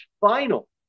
final